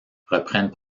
reprennent